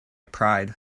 pride